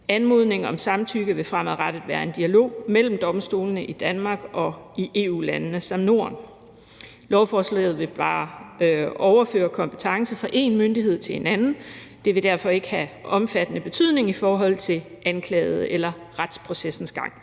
Anmodning om samtykke vil fremadrettet være en dialog mellem domstolene i Danmark og i EU-landene samt Norden. Lovforslaget vil bare overføre kompetence fra én myndighed til en anden; det vil derfor ikke have omfattende betydning i forhold til anklagede eller retsprocessens gang.